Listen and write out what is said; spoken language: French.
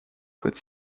code